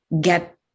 get